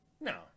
no